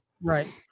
right